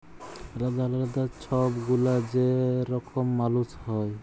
আলেদা আলেদা ছব গুলা যে রকম মালুস হ্যয়